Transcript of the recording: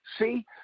see